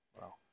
Wow